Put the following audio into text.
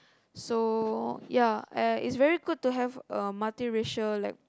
so ya uh it's very good to have a multiracial like